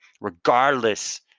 regardless